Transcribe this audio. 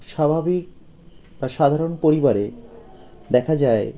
স্বাভাবিক বা সাধারণ পরিবারে দেখা যায়